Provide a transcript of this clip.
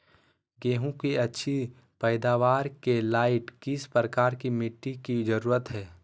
गेंहू की अच्छी पैदाबार के लाइट किस प्रकार की मिटटी की जरुरत है?